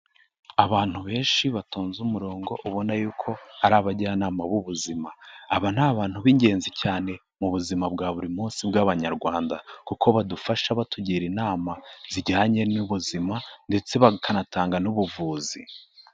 Abantu benshi batonze umurongo ubona yuko ari abajyanama b'ubuzima, aba ni abantu b'ingenzi cyane mu buzima bwa buri munsi bw'abanyarwanda kuko badufasha batugira inama zijyanye n'ubuzima ndetse bakanatanga n'ubuvuzi.